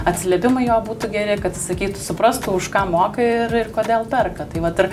atsiliepimai jo būtų geri kad jis sakytų suprastų už ką moka ir ir kodėl perka tai vat ir